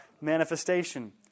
manifestation